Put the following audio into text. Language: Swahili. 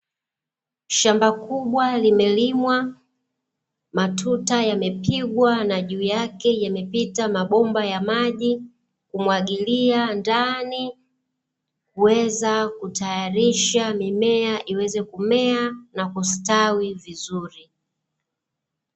Shamba kubwa limelimwa, matuta yamepigwa na juu yake yamepita mabomba ya maji kumwagilia ndani, kuweza kutayarisha mimea iweze kumea na kustawi vizuri.